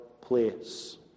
place